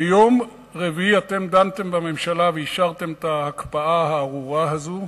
ביום רביעי אתם דנתם בממשלה ואישרתם את ההקפאה הארורה הזו,